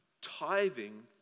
tithing